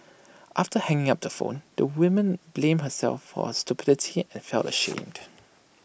after hanging up the phone the women blamed herself for her stupidity and felt ashamed